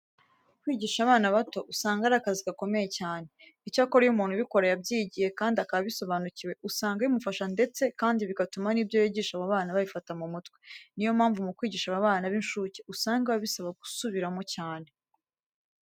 Kwigisha bana bato usanga ari akazi gakomeye cyane. Icyakora iyo umuntu ubikora yabyingiye kandi akaba abisobanukiwe, usanga bimufasha cyane ndetse bigatuma n'ibyo yigisha abo bana babifata mu mutwe. Ni yo mpamvu mu kwigisha aba bana b'incuke usanga biba bisaba gusubiramo cyane.